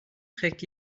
trägt